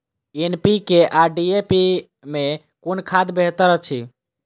NPK आ DAP मे कुन खाद बेहतर अछि?